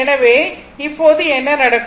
எனவே இப்போது என்ன நடக்கும்